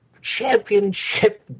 championship